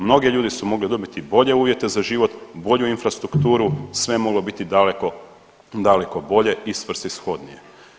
Mnogi ljudi su mogli dobiti bolje uvjete za život, bolju infrastrukturu, sve je moglo biti daleko bolje i svrsishodnije.